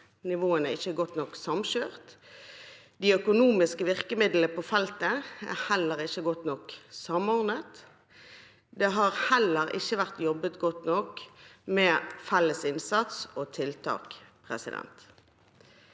nivåene ikke er godt nok samkjørt, og de økonomiske virkemidlene på feltet er ikke godt nok samordnet. Det har heller ikke vært jobbet godt nok med felles innsats og tiltak. Dette